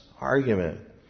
argument